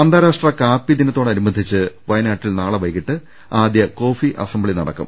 അന്താരാഷ്ട്ര കാപ്പി ദിനത്തോടനുബന്ധിച്ച് വയനാട്ടിൽ നാളെ വൈകിട്ട് ആദ്യ കോഫി അസംബ്ലി നടക്കും